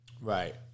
Right